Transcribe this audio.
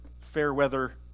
fair-weather